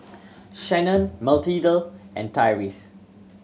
Shannon Mathilde and Tyreese